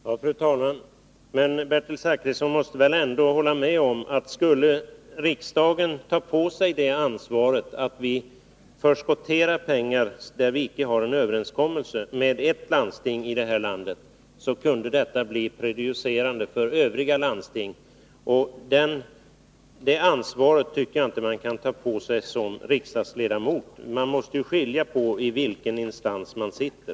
Fru talman! Bertil Zachrisson måste väl ändå hålla med om, att om riksdagen skulle ta på sig ansvaret att till ett landsting i detta land förskottera pengar i ett ärende där vi inte har någon överenskommelse, skulle detta kunna bli prejudicerande för övriga landsting. Det ansvaret tycker jag inte att man kan ta på sig som riksdagsledamot. Man måste skilja på i vilken instans man sitter.